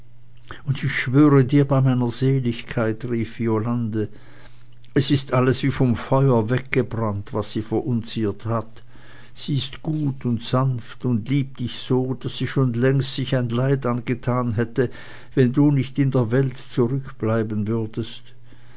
und ich schwöre dir bei meiner seligkeit rief violande es ist alles wie vom feuer weggebrannt was sie verunziert hat sie ist gut und sanft und liebt dich so daß sie schon längst sich ein leid angetan hätte wenn du nicht in der welt zurückbleiben würdest